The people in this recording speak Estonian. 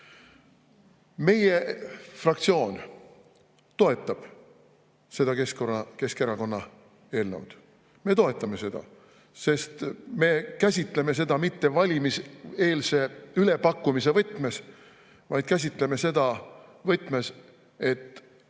Meie fraktsioon toetab seda Keskerakonna eelnõu. Me toetame seda, sest me käsitleme seda mitte valimiseelse ülepakkumise võtmes, vaid käsitleme seda võtmes, et